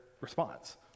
response